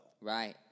Right